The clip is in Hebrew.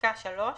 בפסקה (3),